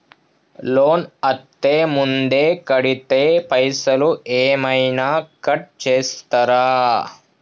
Loan అత్తే ముందే కడితే పైసలు ఏమైనా కట్ చేస్తరా?